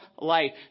life